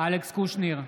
אלכס קושניר,